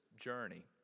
journey